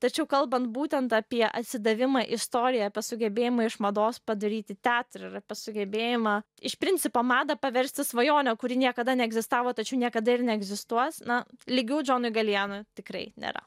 tačiau kalbant būtent apie atsidavimą istoriją apie sugebėjimą iš mados padaryti teatrą ir sugebėjimą iš principo madą paversti svajone kuri niekada neegzistavo tačiau niekada ir neegzistuos na lygių džonui galijana tikrai nėra